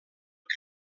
que